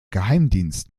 geheimdienst